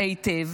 היטב